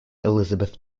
elizabeth